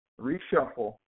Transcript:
reshuffle